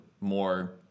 more